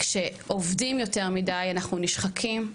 כשעובדים יותר מידי אנחנו נשחקים,